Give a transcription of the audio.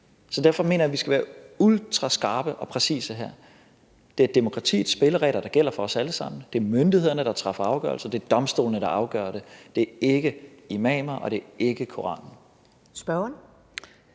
Derfor mener jeg, at vi skal være ultraskarpe og præcise her. Det er demokratiets spilleregler, der gælder for os alle sammen, det er myndighederne, der træffer afgørelser, det er domstolene, der afgør det – det er ikke imamer, og det er ikke Koranen. Kl.